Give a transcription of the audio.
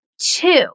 two